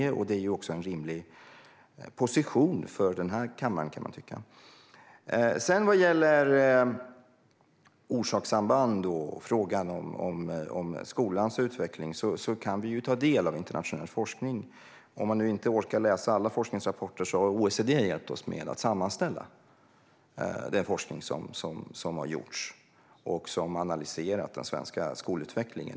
Man kan också tycka att det är en rimlig position för den här kammaren. Vad gäller orsakssamband och skolans utveckling kan vi ta del av internationell forskning. Om man inte orkar läsa alla forskningsrapporter har OECD hjälpt oss genom att sammanställa den forskning som har gjorts och som har analyserat den svenska skolutvecklingen.